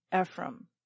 Ephraim